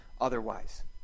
otherwise